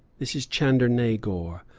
this is chandernagor,